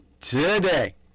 today